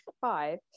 five